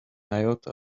iota